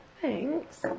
thanks